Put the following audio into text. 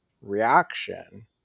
reaction